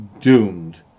doomed